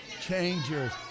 changers